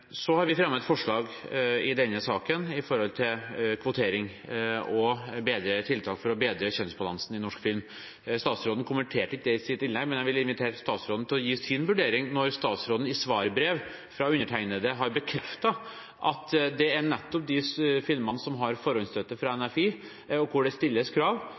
Så har vi fremmet et forslag i denne saken om kvotering og tiltak for å bedre kjønnsbalansen innen norsk film. Statsråden kommenterte ikke det i sitt innlegg, men jeg vil invitere statsråden til å gi sin vurdering, siden statsråden i svarbrev til undertegnede har bekreftet at det er nettopp de filmene som har forhåndsstøtte fra NFI, hvor det stilles krav,